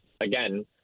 again